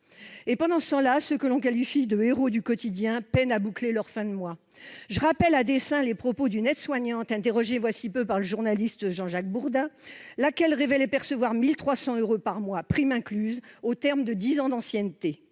Pendant ce temps-là, ceux que l'on qualifie de « héros du quotidien » peinent à boucler leurs fins de mois. Je rappelle à dessein les propos d'une aide-soignante, interrogée voilà peu par le journaliste Jean-Jacques Bourdin, laquelle révélait percevoir 1 300 euros par mois, primes incluses, au terme de dix ans d'ancienneté.